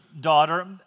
daughter